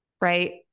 Right